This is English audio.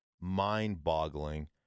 mind-boggling